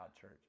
church